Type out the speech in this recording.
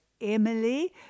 Emily